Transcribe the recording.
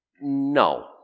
No